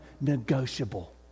negotiable